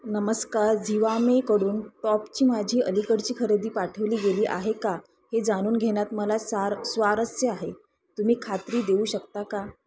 नमस्कार झिवामेकडून टॉपची माझी अलीकडची खरेदी पाठवली गेली आहे का हे जाणून घेण्यात मला सार स्वारस्य आहे तुम्ही खात्री देऊ शकता का